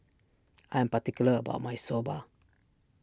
I am particular about my Soba